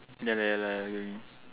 ya lah ya lah again